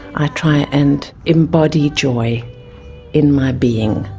i try and embody joy in my being.